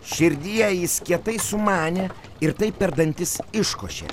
širdyje jis kietai sumanė ir taip per dantis iškošė